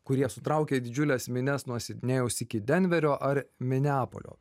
kurie sutraukia didžiules minias nuo sidnėjaus iki denverio ar mineapolio